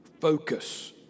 focus